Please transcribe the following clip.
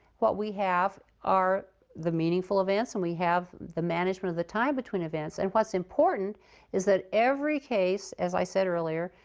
what we have are the meaningful events, and we have the management of the time between events. and what's important is that every case, as i said earlier,